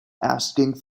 asking